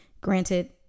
Granted